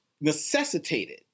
necessitated